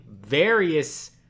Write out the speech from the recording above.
various